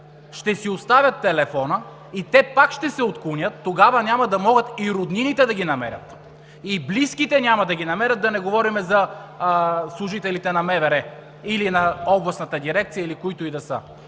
ще си оставят телефона и пак ще се отклонят. Тогава няма да могат и роднините да ги намерят. И близките няма да ги намерят, да не говорим за служителите на МВР или на областната дирекция, или които и да са.